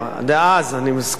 דאז, אני מסכים.